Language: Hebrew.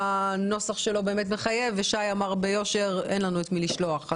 הנוסח של הסעיף מחייב ושי אמר ביושר שאין להם את מי לשלוח.